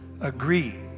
agree